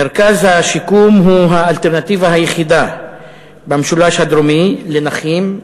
מרכז השיקום הוא האלטרנטיבה היחידה במשולש הדרומי לנכים,